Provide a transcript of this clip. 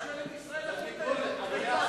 ממשלת ישראל תחליט,